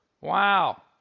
wow